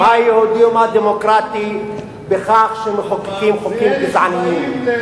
מה יהודי ומה דמוקרטי בכך שמחוקקים חוקים גזעניים?